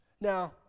Now